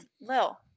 Lil